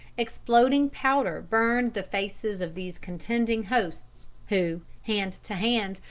exploding powder burned the faces of these contending hosts, who, hand to hand,